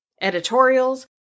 editorials